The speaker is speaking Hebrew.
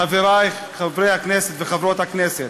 חברי חברי הכנסת וחברות הכנסת,